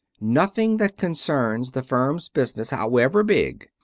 nothing that concerns the firm's business, however big,